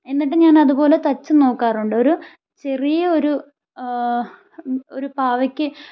എന്നിട്ട് ഞാൻ അതുപോലെ തയ്ച്ചും നോക്കാറുണ്ട് ഒരു ചെറിയ ഒരു ഒരു പാവയ്ക്ക്